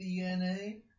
DNA